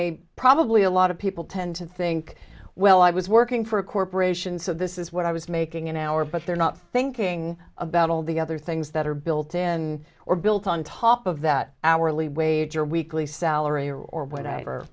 they probably a lot of people tend to think well i was working for a corporation so this is what i was making an hour but they're not thinking about all the other things that are built in or built on top of that hourly wage or weekly salary or whatever